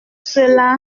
cela